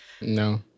no